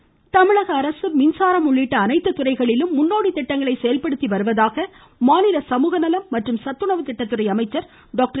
சரோஜா தமிழக அரசு மின்சாரம் உள்ளிட்ட அனைத்து துறைகளிலும் முன்னோடி திட்டங்களை செயல்படுத்தி வருவதாக மாநில சமூக நலம் மற்றும் சத்துணவுத் திட்டத்துறை அமைச்சர் டாக்டர்